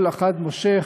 כל אחד מושך,